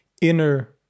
inner